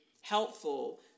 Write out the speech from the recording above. helpful